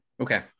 Okay